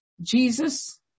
Jesus